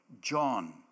John